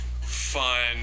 fun